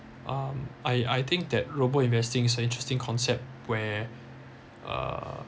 um I I think that robo investing is a interesting concept where uh